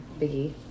Biggie